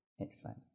Excellent